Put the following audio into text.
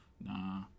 Nah